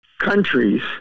countries